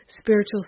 spiritual